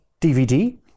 DVD